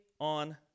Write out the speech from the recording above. on